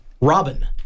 Robin